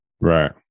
Right